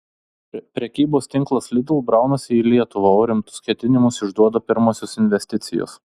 prekybos tinklas lidl braunasi į lietuvą o rimtus ketinimus išduoda pirmosios investicijos